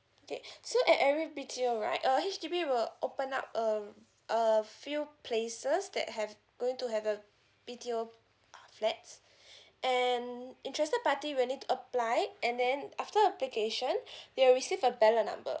okay so at every B_T_O right uh H_D_B will open up um a few places that have going to have a B_T_O uh flat and interested party will need to apply right and then after application they will receive a ballot number